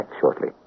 shortly